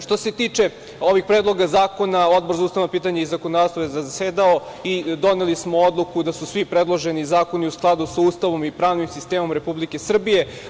Što se tiče ovih predloga zakona, Odbor za ustavna pitanja i zakonodavstvo je zasedao i doneli smo odluku da su svi predloženi zakoni u skladu sa Ustavom i pravnim sistemom Republike Srbije.